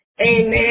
Amen